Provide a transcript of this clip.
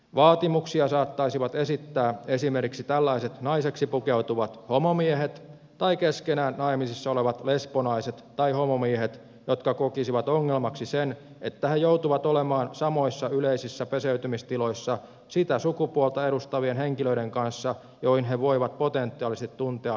vaatimuksia saattaisivat esittää esimerkiksi tällaiset naiseksi pukeutuvat homomiehet tai keskenään naimisissa olevat lesbonaiset tai homomiehet jotka kokisivat ongelmaksi sen että he joutuvat olemaan samoissa yleisissä peseytymistiloissa sitä sukupuolta edustavien henkilöiden kanssa johon he voivat potentiaalisesti tuntea seksuaalista vetoa